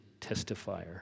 testifier